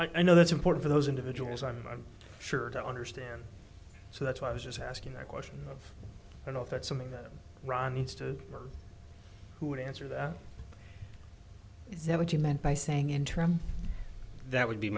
was i know that's important for those individuals i'm sure to understand so that's why i was just asking that question of you know if that's something that ron needs to who would answer that is haven't you meant by saying interim that would be